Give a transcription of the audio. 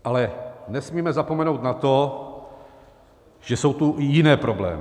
Ale nesmíme zapomenout na to, že jsou tu i jiné problémy.